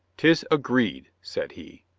tis agreed, said he.